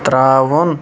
ترٛاوُن